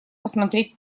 посмотреть